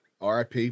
RIP